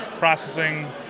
processing